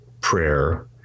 prayer